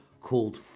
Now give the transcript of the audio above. called